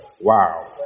Wow